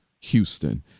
Houston